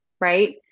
Right